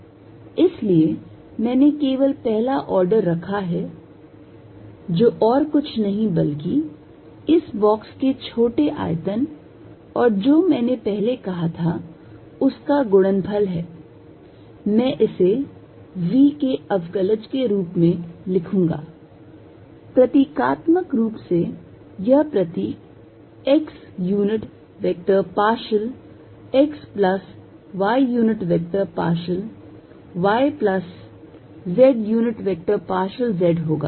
इसलिए मैंने केवल पहला ऑर्डर रखा है जो और कुछ नहीं बल्कि इस बॉक्स के छोटा आयतन और जो मैंने पहले कहा था उसका गुणनफल है मैं इसे v के अवकलज के रूप में लिखूंगा प्रतीकात्मक रूप से यह प्रतीक x unit vector partial x plus y unit vector partial y plus z unit vector partial z होगा